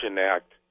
Act